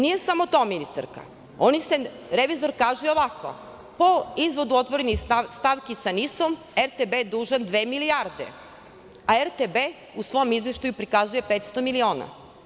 Nije samo to ministarka, revizor kaže i ovako – po izvodu otvorenih stavki sa NIS-om, RTB je dužan dve milijarde, a RTB u svom izveštaju prikazuje 500 miliona.